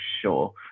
sure